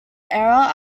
era